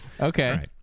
Okay